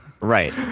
Right